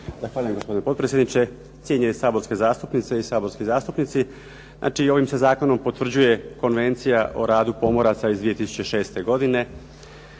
Zahvaljujem gospodine potpredsjedniče. Cijenjene saborske zastupnice i saborski zastupnici. Znači i ovim se zakonom potvrđuje Konvencija o radu pomoraca iz 2006. godine.